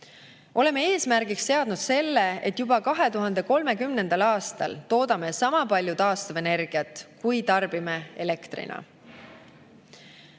Oleme eesmärgiks seadnud selle, et juba 2030. aastal toodame sama palju taastuvenergiat, kui tarbime elektrina. Teine